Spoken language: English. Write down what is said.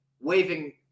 waving